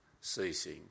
ceasing